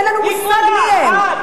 אין לנו מושג מי הם.